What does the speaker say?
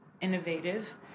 innovative